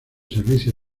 servicio